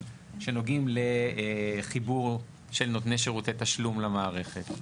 שנוגעים לחיבור של נותני שירותי תשלום למערכת.